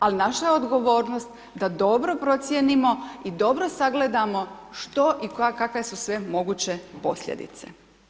Ali naša je odgovornost da dobro procijenimo i dobro sagledamo što i kakve su sve moguće posljedice.